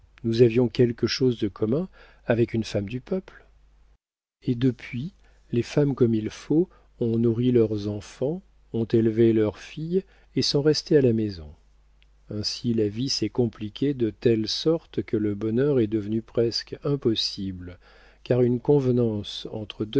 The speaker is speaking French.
nous avions quelque chose de commun avec une femme du peuple et depuis les femmes comme il faut ont nourri leurs enfants ont élevé leurs filles et sont restées à la maison ainsi la vie s'est compliquée de telle sorte que le bonheur est devenu presque impossible car une convenance entre